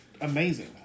amazing